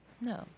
No